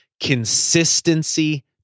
Consistency